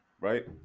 right